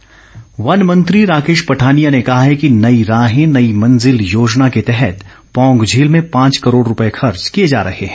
पठानिया वन मंत्री राकेश पठानिया ने कहा है कि नई राहें नई मंजिल योजना के तहत पौंग झील में पांच करोड़ रूपए खर्च किए जा रहे हैं